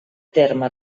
terme